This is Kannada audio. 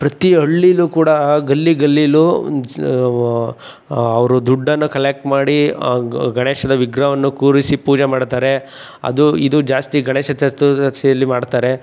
ಪ್ರತಿ ಹಳ್ಳೀಲೂ ಕೂಡ ಗಲ್ಲಿ ಗಲ್ಲೀಲೂ ಅವರು ದುಡ್ಡನ್ನು ಕಲೆಕ್ಟ್ ಮಾಡಿ ಗಣೇಶನ ವಿಗ್ರಹವನ್ನು ಕೂರಿಸಿ ಪೂಜೆ ಮಾಡ್ತಾರೆ ಅದು ಇದು ಜಾಸ್ತಿ ಗಣೇಶ ಚತುರ್ದಶಿಯಲ್ಲಿ ಮಾಡ್ತಾರೆ